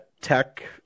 tech